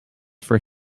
for